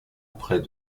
près